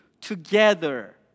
together